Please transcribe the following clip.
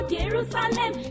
Jerusalem